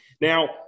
Now